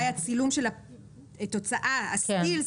אולי הצילום של התוצאה הסטילס,